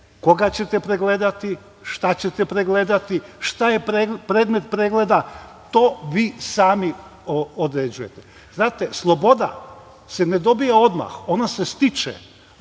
koga ćete pregledati, šta ćete pregledati, šta je predmet pregleda. To vi sami određujete. Znate, sloboda se ne dobija odmah, ona se stiče.